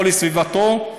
או לסביבתו,